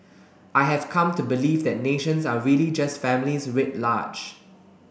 I have come to believe that nations are really just families writ large